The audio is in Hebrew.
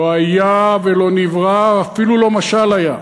לא היה ולא נברא, אפילו לא משל היה.